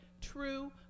true